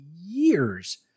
years